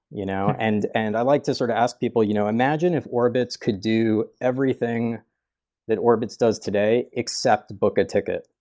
you know and and i like to sort of ask people, you know imagine if orbitz could do everything that orbitz does today, except book a ticket.